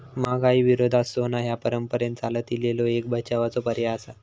महागाई विरोधात सोना ह्या परंपरेन चालत इलेलो एक बचावाचो पर्याय आसा